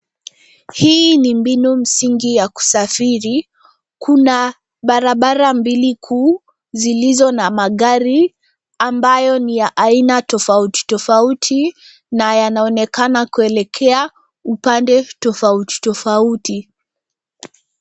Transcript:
Hii ni mbinu msingi ya kusafiri. Kuna barabara mbili kuu zilizo na magari ambayo ni ya aina tofauti tofauti na yanaonekana kuelekea upande tofauti tofauti.